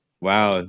Wow